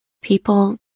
People